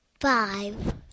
five